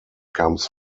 comes